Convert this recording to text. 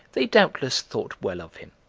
they doubtless thought well of him.